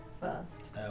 First